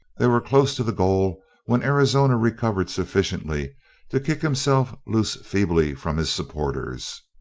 they were close to the goal when arizona recovered sufficiently to kick himself loose feebly from his supporters.